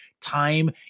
time